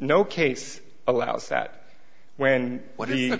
no case allows that when what the cou